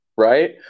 Right